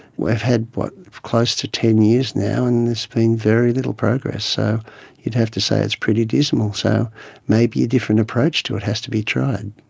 we've had, what, close to ten years now and and there's been very little progress. so you'd have to say it's pretty dismal. so maybe a different approach to it has to be tried.